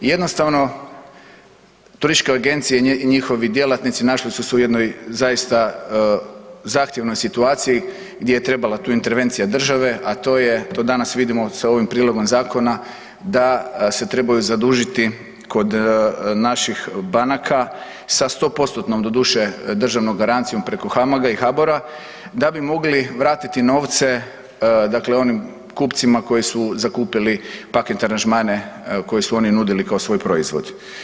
Jednostavno turističke agencije i njihovi djelatnici našli su se u jednoj zaista zahtjevnoj situaciji gdje je trebala tu intervencija države, a to je to danas vidimo sa ovim prijedlogom zakona da se trebaju zadužiti kod naših banaka sa 100%-tnom doduše državnom garancijom preko HAMAG-a i HABOR-a da bi mogli vratiti novce dakle onim kupcima koji su zakupili paket aranžmane koje su oni nudili kao svoj proizvod.